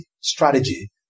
strategy